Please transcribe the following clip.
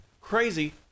Crazy